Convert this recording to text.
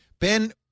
Ben